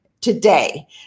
today